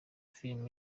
filime